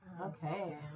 Okay